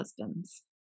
husbands